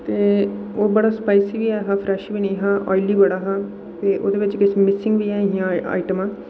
ते ओह् बड़ा स्पाइसी हा फ्रैश्श बी नेहा ऑयली बड़ा हा ते ओह्दे बिच किश मिसिंग बी ऐहियां आइटमां